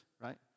right